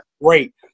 great